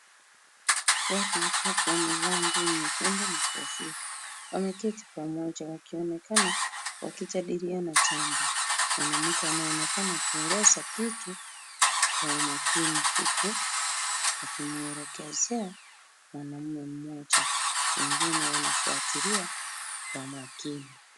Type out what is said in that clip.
Watu watatu wamevaa nguo nyekundu na kofia, wameketi pamoja wakionekana wakijadiliana jambo. Mwanamke anaonekana akieleza kitu kwa umakini huku akimuelekezea mwanaume mmoja. Wengine wanafuatilia kwa makini.